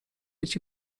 być